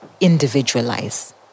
individualize